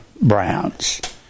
Browns